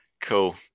cool